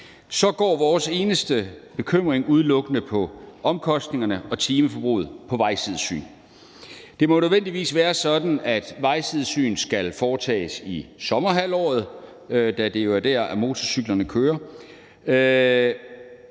går vores eneste bekymring udelukkende på omkostningerne og timeforbruget. Det må nødvendigvis være sådan, at vejsidesyn skal foretages i sommerhalvåret, da det jo er der,